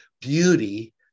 beauty